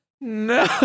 No